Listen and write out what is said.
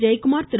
Jayakumar Thiru